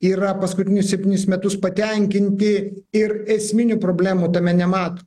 yra paskutinius septynis metus patenkinti ir esminių problemų tame nemato